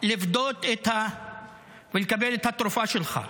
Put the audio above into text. לפדות ולקבל את התרופה שלך.